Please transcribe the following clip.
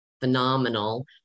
phenomenal